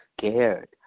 scared